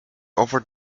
over